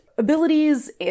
Abilities